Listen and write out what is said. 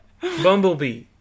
Bumblebee